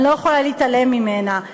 אני לא יכולה להתעלם ממנה,